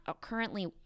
currently